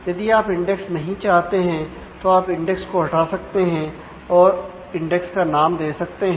यदि आप इंडेक्स नहीं चाहते हैं तो आप इंडेक्स को हटा सकते हैं और इंडेक्स का नाम दे सकते हैं